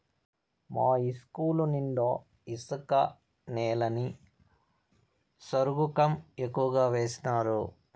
మా ఇస్కూలు నిండా ఇసుక నేలని సరుగుకం ఎక్కువగా వేసినారు